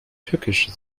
tückisch